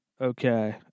Okay